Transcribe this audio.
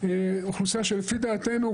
זה אוכלוסייה שלפי דעתנו,